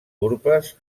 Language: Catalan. urpes